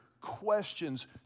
questions